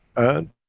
and,